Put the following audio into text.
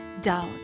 doubt